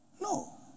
No